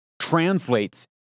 translates